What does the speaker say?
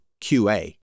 QA